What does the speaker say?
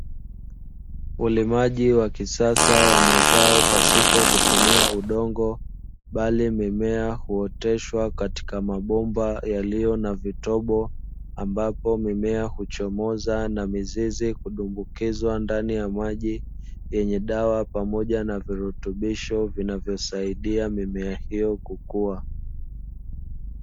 Ulimaji wa kisasa wa mazao pasipo kutumia udongo bali mimea huoteshwa katika mabomba yaliyo na vitobo, ambapo mimea huchomoza na mizizi kudumbukizwa ndani ya maji yenye dawa pamoja na virutubisho vinavyosaidia mimea hiyo kukua.